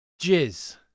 jizz